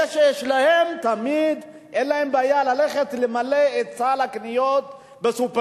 אלה שיש להם תמיד אין להם בעיה ללכת למלא את סל הקניות בסופרמרקט.